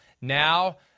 Now